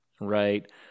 Right